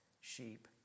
sheep